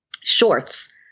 shorts